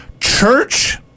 Church